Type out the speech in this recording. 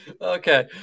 Okay